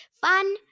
Fun